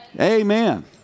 Amen